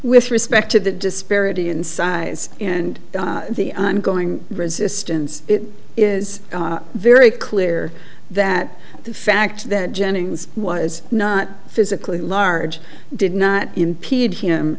with respect to the disparity in size and the i'm going resistance it is very clear that the fact that jennings was not physically large did not impede him